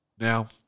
now